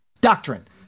doctrine